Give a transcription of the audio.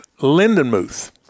Lindenmuth